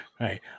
Right